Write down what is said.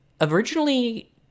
originally